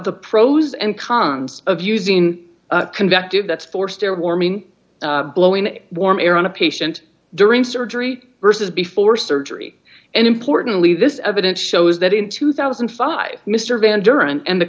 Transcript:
the pros and cons of using convective that's forced air warming blowing warm air on a patient during surgery versus before surgery and importantly this evidence shows that in two thousand and five mr van durant and the